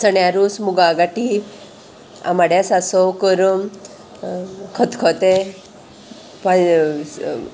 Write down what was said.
चण्या रोस मुगा गाटी आमाड्या सासव करम खतखते